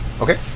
Okay